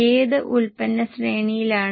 അപ്പോൾ 4087 ലേക്ക് 1